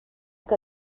que